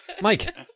Mike